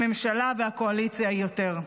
הממשלה והקואליציה, היא יותר.